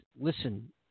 listen